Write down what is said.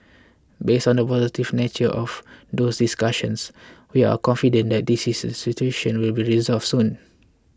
based on the positive nature of those discussions we are confident that this situation will be resolved soon